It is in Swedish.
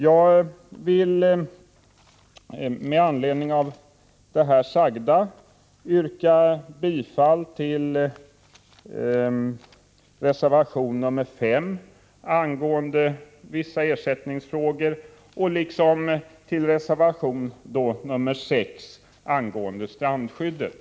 Jag vill med det sagda yrka bifall till reservation 5, som handlar om vissa ersättningsfrågor, och reservation 6, som berör strandskyddet.